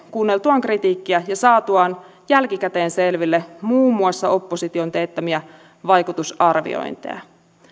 kuunneltuaan kritiikkiä ja saatuaan jälkikäteen selville muun muassa opposition teettämiä vaikutusarviointeja